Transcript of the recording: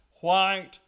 white